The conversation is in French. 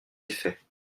effets